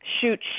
shoot